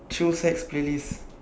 playlist